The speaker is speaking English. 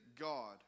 God